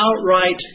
outright